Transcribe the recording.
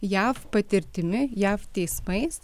jav patirtimi jav teismais